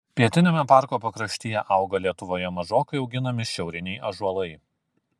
pietiniame parko pakraštyje auga lietuvoje mažokai auginami šiauriniai ąžuolai